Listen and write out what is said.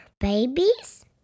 babies